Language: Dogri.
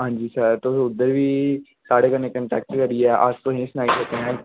आं सर तुस उद्धर बी साढे कन्नै कन्टेक्ट करियै अस तुसेंगी सनाई सकने आं